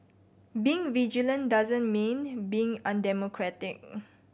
being vigilant doesn't mean being undemocratic